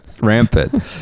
rampant